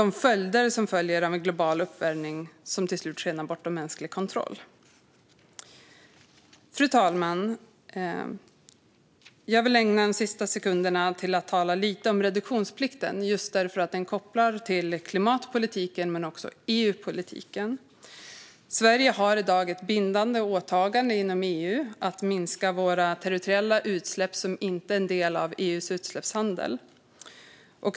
Följderna av en global uppvärmning skenar till slut bortom mänsklig kontroll. Fru talman! Jag vill ägna de sista sekunderna av mitt anförande till att tala lite om reduktionsplikten just för att den kopplar till klimatpolitiken och EU-politiken. Sverige har i dag ett bindande åtagande inom EU att minska våra territoriella utsläpp som inte är en del av EU:s utsläppshandel.